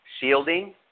shielding